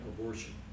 abortion